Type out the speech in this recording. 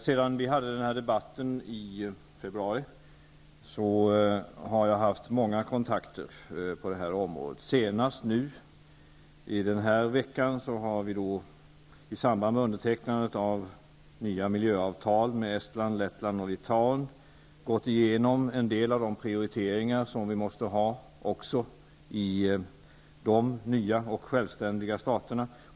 Sedan vi hade vår debatt i februari har jag haft många kontakter på det här området -- den senaste när vi i den här veckan i samband med undertecknandet av nya miljöavtal med Estland, Lettland och Litauen har gått igenom en del av de prioriteringar som vi måste ha också i de nya och självständiga staterna.